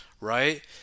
right